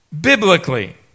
biblically